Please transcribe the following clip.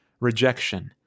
rejection